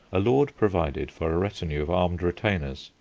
a lord provided for a retinue of armed retainers,